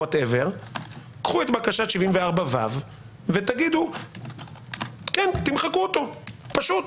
קחו את בקשת 74ו תמחקו אותה, פשוט.